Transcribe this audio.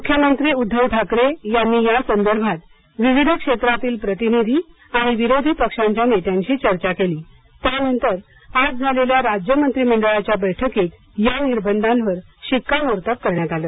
मुख्यमंत्री उद्धव ठाकरे यांनी या संदर्भात विविध क्षेत्रातील प्रतिनिधी आणि विरोधी पक्षांच्या नेत्यांशी चर्चा केली त्यानंतर आज झालेल्या राज्य मंत्रिमंडळाच्या बैठकीत या निर्बंधांवर शिक्कामोर्तब करण्यात आलं